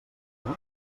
ella